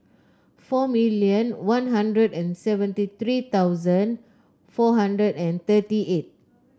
four million One Hundred and seventy three thousand four hundred and thirty eight